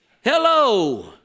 Hello